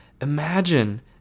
Imagine